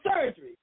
surgery